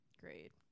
great